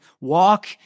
walk